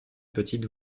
petite